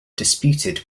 disputed